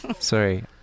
Sorry